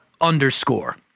underscore